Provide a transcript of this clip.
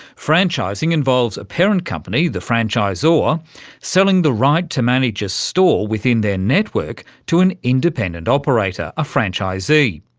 franchising involves a parent company, the franchisor, selling the right to manage a store within their network to an independent operator, a franchisee.